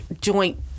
joint